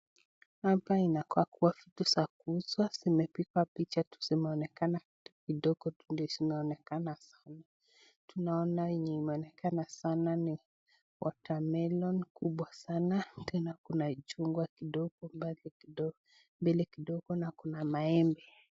Hapa inakakuwa vizu za kuuzwa, zimepigwa picha zimeonekana kidogo vile zinaonekana. Tunaona yenye inaonekana sana ni water melon kubwa sana, tena chungwa kidogo, mbele kidogo, na kuna maembe.